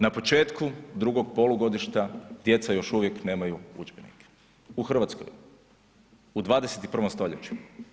Na početku drugog polugodišta djeca još uvijek nemaju udžbenike, u Hrvatskoj, u 21. stoljeću.